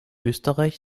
österreich